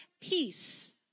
peace